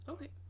Okay